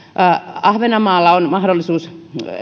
ahvenanmaalla on mahdollisuus